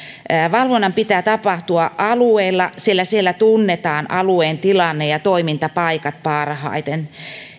valvonnan pitää tapahtua alueilla sillä siellä tunnetaan alueen tilanne ja toimintapaikat parhaiten